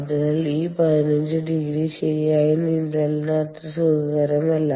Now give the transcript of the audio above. അതിനാൽ ഈ 15 ഡിഗ്രി ശരിയായ നീന്തലിന് അത്ര സുഖകരമല്ല